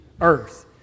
earth